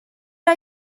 are